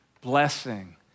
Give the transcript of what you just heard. Blessing